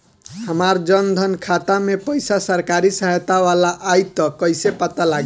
हमार जन धन खाता मे पईसा सरकारी सहायता वाला आई त कइसे पता लागी?